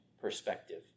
perspective